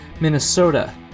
minnesota